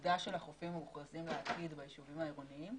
העתודה של החופים המוכרזים לעתיד בישובים העירוניים?